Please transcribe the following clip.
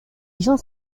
gens